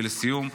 ולסיום,